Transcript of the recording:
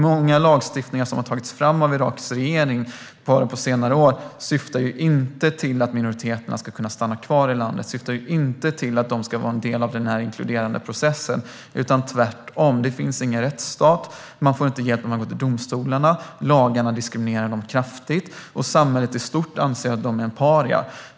Många lagstiftningar som har tagits fram av Iraks regering på senare år syftar inte till att minoriteterna ska kunna stanna kvar i landet och vara en del av den inkluderande processen, tvärtom. Det finns ingen rättsstat, man får inte hjälp av domstolarna, lagarna diskriminerar minoriteterna kraftigt och samhället i stort anser att de är paria.